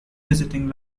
visiting